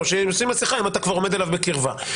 שישים מסכה אם אתה כבר עומד בקרבה אליו.